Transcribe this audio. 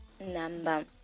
number